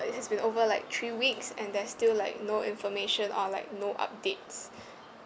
it has been over like three weeks and there's still like no information or like no updates